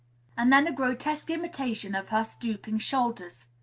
and then a grotesque imitation of her stooping shoulders.